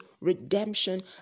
redemption